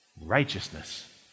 Righteousness